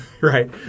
right